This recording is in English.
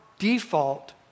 Default